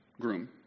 Groom